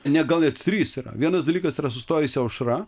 ne gal ir trys yra vienas dalykas yra sustojusi aušra